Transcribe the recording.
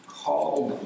called